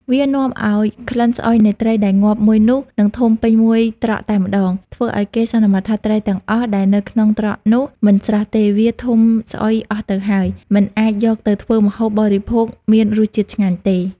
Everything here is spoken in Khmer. វានាំឱ្យក្លិនស្អុយនៃត្រីដែលងាប់មួយនោះនឹងធុំពេញមួយត្រកតែម្តង ធ្វើឲ្យគេសន្មត់ថាត្រីទាំងអស់ដែលនៅក្នុងត្រកនោះមិនស្រស់ទេ វាធុំស្អុយអស់ទៅហើយ មិនអាចយកទៅធ្វើម្ហូបបរិភោគមានរស់ជាតិឆ្ងាញ់ទេ។